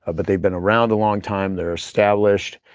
ah but they've been around a long time, they're established.